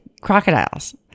crocodiles